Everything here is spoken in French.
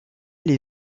les